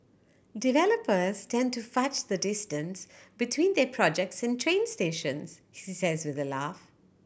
developers tend to fudge the distance between their projects and train stations he says with a laugh